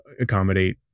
accommodate